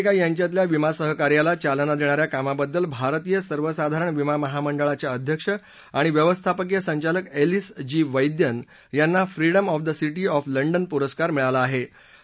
भारत आणि अमेरिका यांच्यातल्या विमा सहकार्याला चालना देणा या कामाबद्दल भारतीय सर्वसाधारण विमा महामंडळाच्या अध्यक्ष आणि व्यवस्थापकीय संचालक एलीस जी वैद्यन यांना freedom of the city of London पुरस्कार मिळाला आहे